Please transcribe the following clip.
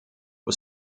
was